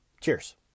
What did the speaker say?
Cheers